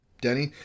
Denny